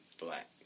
black